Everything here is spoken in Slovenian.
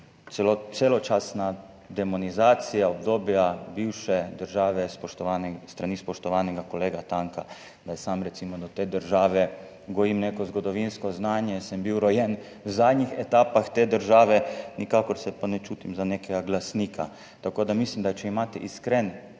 celočasna demonizacija obdobja bivše države s strani spoštovanega kolega Tanka. Sam recimo do te države gojim neko zgodovinsko znanje, rojen sem bil v zadnjih etapah te države, nikakor se pa ne čutim za nekega glasnika. Tako da mislim, da če imate iskren